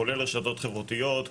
כולל רשתות חברתיות,